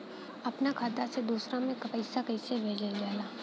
अपना खाता से दूसरा में पैसा कईसे भेजल जाला?